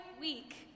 week